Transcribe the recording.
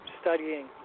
studying